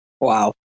wow